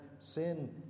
sin